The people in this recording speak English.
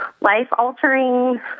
life-altering